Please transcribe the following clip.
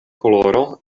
koloro